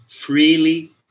freely